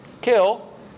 kill